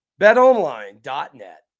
betonline.net